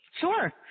Sure